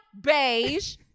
beige